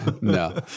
No